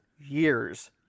years